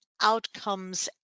outcomes